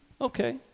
Okay